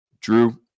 Drew